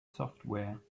software